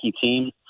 team